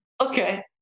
Okay